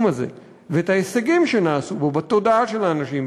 הזה ואת ההישגים שנעשו בו בתודעה של האנשים,